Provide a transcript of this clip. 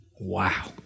Wow